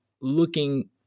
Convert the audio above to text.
looking